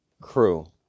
crew